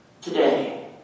today